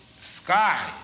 sky